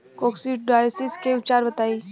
Coccidiosis के उपचार बताई?